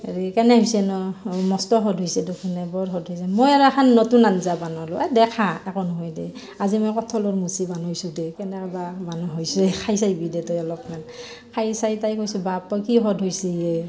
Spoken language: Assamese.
হেৰি কেনে হৈছে ন মস্ত সোৱাদ হৈছে দেখোন এ বৰ সোৱাদ হৈছে মই আৰু এখান নতুন আঞ্জা বানালোঁ এই দে খা একো নহয় দে আজি মই কঁঠালৰ মুচি বানাইছোঁ দে কেনেবা মান হৈছে খাই চাইবি দে তই অলপমান খাই চাই তাই কৈছে বাপ্পা কি সোৱাদ হৈছি এ